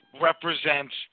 represents